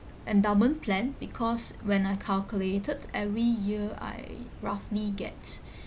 endowment plan because when I calculated every year I roughly get